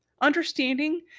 Understanding